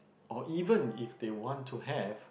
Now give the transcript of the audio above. or even if they want to have